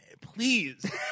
please